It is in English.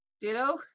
Ditto